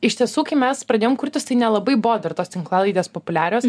iš tiesų kai mes pradėjom kurtis tai nelabai buvo dar tos tinklalaidės populiarios